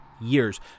years